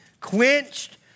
Quenched